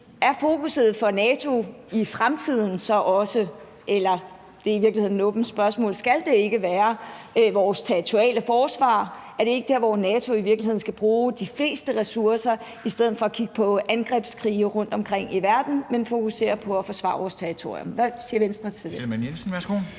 fokus i fremtiden – det er i virkeligheden et åbent spørgsmål – ikke være vores territorialforsvar? Er det ikke der, NATO i virkeligheden skal bruge de fleste ressourcer, i stedet for at kigge på angrebskrige rundtomkring i verden, altså fokusere på at forsvare vores territorium? Hvad siger Venstre til det? Kl.